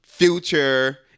Future